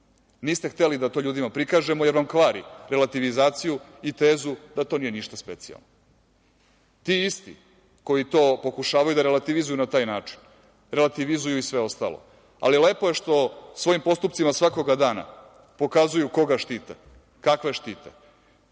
Niste hteli da to ljudima prikažemo jer vam kvari relativizaciju i tezu da to nije ništa specijalno. Ti isti koji to pokušavaju da relativizuju na taj način, relativizuju i sve ostalo, ali lepo je što svojim postupcima svakog dana pokazuju koga štite, kakve štite.